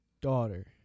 daughter